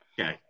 Okay